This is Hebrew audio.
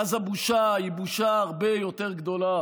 ואז הבושה היא בושה הרבה יותר גדולה,